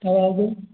कब आओगे